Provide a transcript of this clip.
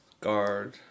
guard